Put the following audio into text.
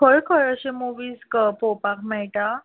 खंय खंय अशे मूवीज पळोवपाक मेळटा